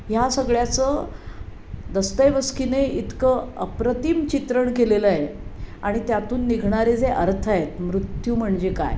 ह्या सगळ्याचं दस्तयवस्कीने इतकं अप्रतिम चित्रण केलेलं आहे आणि त्यातून निघणारे जे अर्थ आहेत मृत्यू म्हणजे काय